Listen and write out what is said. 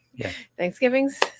Thanksgiving's